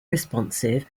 responsive